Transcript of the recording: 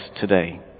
today